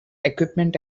equipment